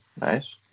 Nice